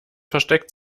versteckt